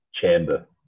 chamber